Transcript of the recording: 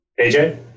AJ